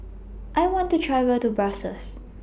I want to travel to Brussels